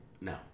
No